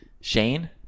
Shane